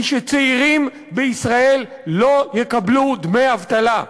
היא שצעירים בישראל לא יקבלו דמי אבטלה.